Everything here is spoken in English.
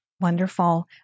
Wonderful